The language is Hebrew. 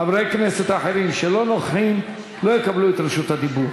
חברי כנסת אחרים שלא נוכחים לא יקבלו את רשות הדיבור.